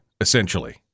essentially